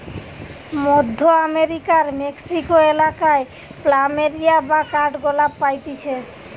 মধ্য আমেরিকার মেক্সিকো এলাকায় প্ল্যামেরিয়া বা কাঠগোলাপ পাইতিছে